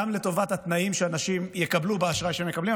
גם לטובת התנאים שאנשים יקבלו באשראי שהם מקבלים,